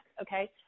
Okay